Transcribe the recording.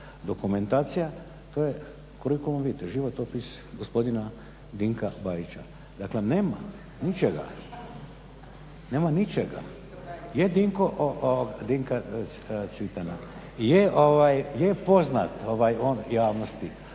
dokumentacija to je curicullum vitae životopis gospodina Dinka Cvitana. Dakle, nema ničega, nema ničega. Je poznat on javnosti